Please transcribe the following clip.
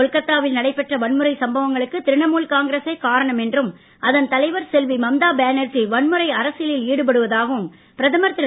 கொல்கத்தாவில் நடைபெற்ற வன்முறை சம்பவங்களுக்கு திரிணமுல் காங்கிரசே காரணம் என்றும் அதன் தலைவர் செல்வி மம்தா பானர்ஜி வன்முறை அரசியலில் ஈடுபடுவதாகவும் பிரதமர் திரு